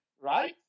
right